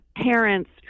parents